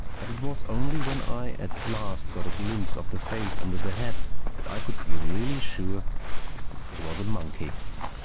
but it was only when i at last got a glimpse of the face under the hat that i could be really sure it was a monkey.